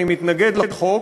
אני מתנגד לחוק,